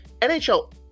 NHL